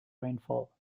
rainfall